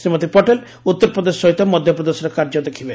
ଶ୍ରୀମତୀ ପଟେଲ ଉତ୍ତରପ୍ରଦେଶ ସହିତ ମଧ୍ୟପ୍ରଦେଶର କାର୍ଯ୍ୟ ଦେଖିବେ